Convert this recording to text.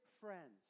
friends